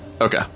Okay